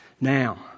Now